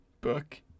book